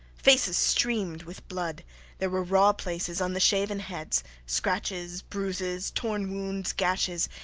faces streamed with blood there were raw places on the shaven heads, scratches, bruises, torn wounds, gashes.